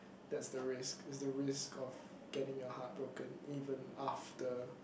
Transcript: that's the risk it's the risk of getting your heart broken even after